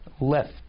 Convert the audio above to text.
left